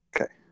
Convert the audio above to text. okay